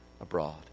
abroad